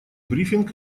брифинг